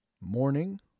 Morning